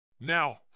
Now